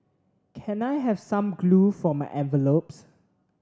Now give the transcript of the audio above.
can I have some glue for my envelopes